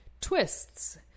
Twists